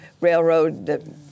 railroad